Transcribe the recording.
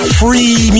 free